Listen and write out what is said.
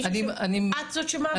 את זו שמעבירה?